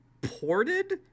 ported